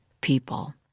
people